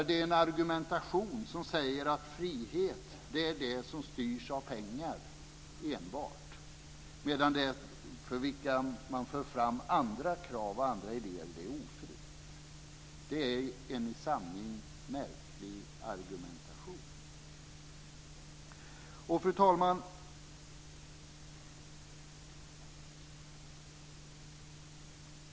Det är en argumentation som säger att frihet är det som styrs enbart av pengar, medan det för vilka man för fram andra krav och andra idéer är ofritt. Det är en i sanning märklig argumentation. Fru talman!